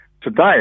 Today